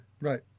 Right